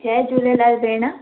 जय झूलेलाल भेण